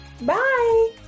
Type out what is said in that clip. Bye